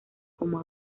como